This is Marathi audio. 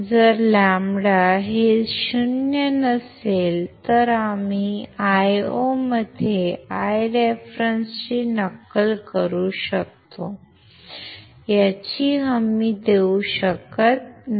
जर λ हे 0 नसेल तर आम्ही Io मध्ये Iref ची नक्कल करू शकतो याची हमी देऊ शकत नाही